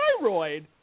thyroid